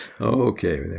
Okay